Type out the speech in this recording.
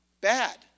bad